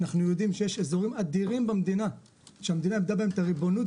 אנחנו יודעים שיש אזורים אדירים שהמדינה איבדה בהם את הריבונות,